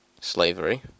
slavery